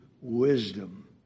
wisdom